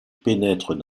pénètrent